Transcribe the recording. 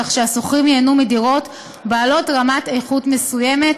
כך שהשוכרים ייהנו מדירות בעלות רמת איכות מסוימת.